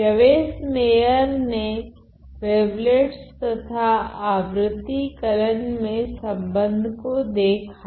Yves Meyer ने wavelets तथा आवृति कलन में संबंध को देखा